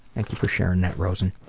thank you for sharing that, rosen.